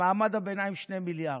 למעמד הביניים 2 מיליארדים,